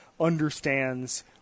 understands –